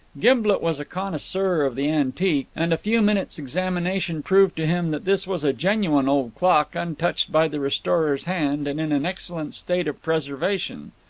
gimblet was a connoisseur of the antique, and a few minutes' examination proved to him that this was a genuine old clock, untouched by the restorer's hand, and in an excellent state of preservation.